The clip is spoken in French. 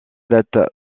date